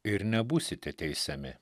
ir nebūsite teisiami